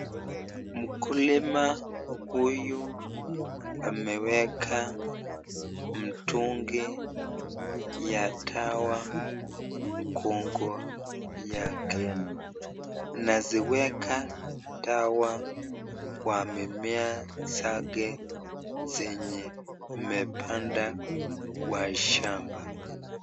Mkulima huyu ameweka mtungi ya dawa mgongo yake, anaziweka dawa kwa mimea zake zenye amepanda kwa shamba.